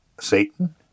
satan